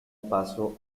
paso